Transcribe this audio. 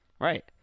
Right